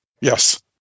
Yes